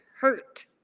hurt